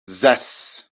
zes